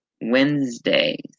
Wednesdays